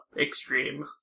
extreme